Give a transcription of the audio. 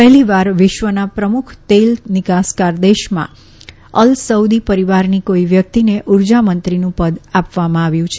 પહેલીવાર વિશ્વના પ્રમુખ તેલ નિકાસકાર દેશમાં અલ સઉદી પરિવારની કોઈ વ્યક્તિને ઉર્જા મંત્રીનું પદ આપવામાં આવ્યું છે